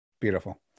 Beautiful